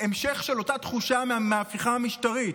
המשך של אותה תחושה מההפיכה המשטרית.